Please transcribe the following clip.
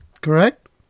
correct